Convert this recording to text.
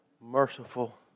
merciful